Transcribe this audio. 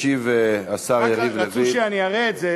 ישיב השר יריב לוין.